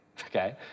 okay